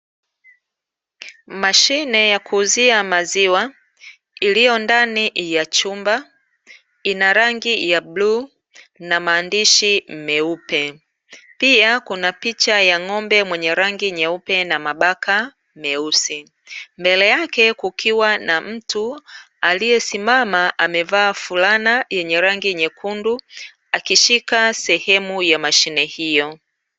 Mashine ya kuuzia maziwa iliyo ndani ya chumba. Ina rangi ya bluu na maandishi meupe, pia kuna picha ya ng'ombe mwenye rangi nyeupe na mabaka meusi. Mbele yake kukiwa na mtu aliyesimama amevaa fulana yenye rangi nyekundu akishika sehemu ya mashine hiyo.